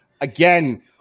Again